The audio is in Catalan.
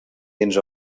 dins